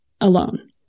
alone